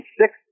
six